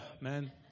man